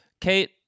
Kate